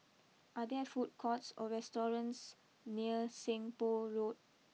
are there food courts or restaurants near Seng Poh Road